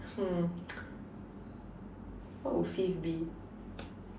hmm